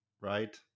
right